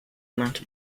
amount